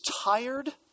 tired